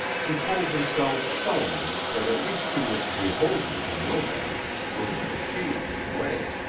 he told himself sullenly that at least he was beholden to nobody for he had paid his way.